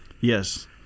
Yes